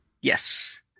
Yes